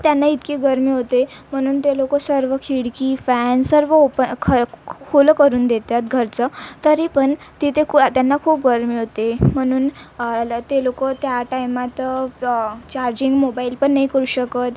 त्यांना इतकी गरमी होते म्हणून ते लोक सर्व खिडकी फॅन सर्व ओप खय खुलं करून देतात घरचं तरी पण तिथे कोया त्यांना खूप गरमी होते म्हणून ल ते लोक त्या टायमात चार्जिंग मोबाईल पण नाही करू शकत